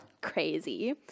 crazy